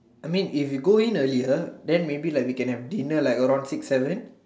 I mean if we go in earlier then maybe like we can have dinner like around six seven